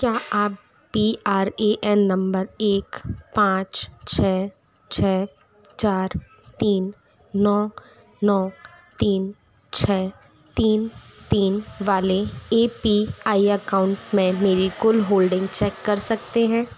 क्या आप P R A N number एक पाँच छः छः चार तीन नौ नौ तीन छः तीन तीन वाले ए पी आई अकाउंट में मेरी कुल होल्डिंग चेक कर सकते हैं